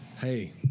Hey